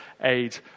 aid